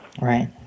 Right